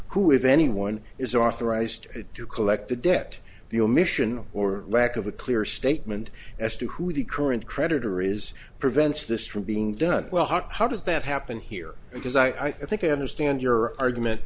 who if anyone is authorized to collect the debt the omission or lack of a clear statement as to who the current creditor is prevents the string being done well how does that happen here because i think i understand your argument